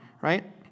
right